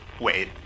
Wait